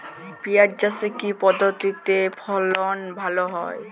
পিঁয়াজ চাষে কি পদ্ধতিতে ফলন ভালো হয়?